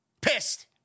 Pissed